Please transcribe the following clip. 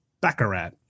Baccarat